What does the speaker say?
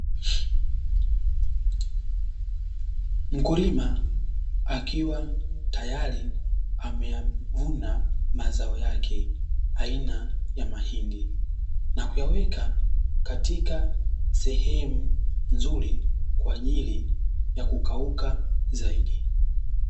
Mkulima akiwa tayari ameyavuna mazao yake aina ya mahindi, na kuyaweka katika sehemu nzuri kwa ajili ya kukauka zaidi.